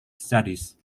studies